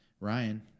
Ryan